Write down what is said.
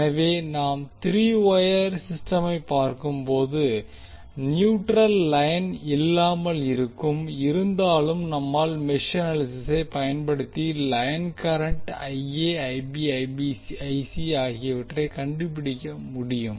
எனவே நாம் three wire சிஸ்டமை பார்க்கும்போது நியூட்ரல் லைன் இல்லாமல் இருக்கும் இருந்தாலும் நம்மால் மெஷ் அனலிசிஸ்ஸை பயன்படுத்தி லைன் கரண்ட் ஆகியவற்றை கண்டுபிடிக்க முடியும்